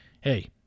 hey